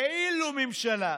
כאילו-ממשלה,